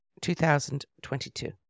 2022